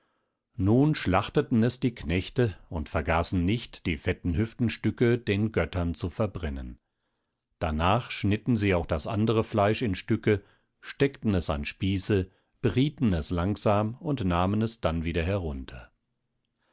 nun schlachteten es die knechte und vergaßen nicht die fetten hüftenstücke den göttern zu verbrennen darnach schnitten sie auch das andere fleisch in stücke steckten es an spieße brieten es langsam und nahmen es dann wieder herunter